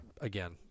again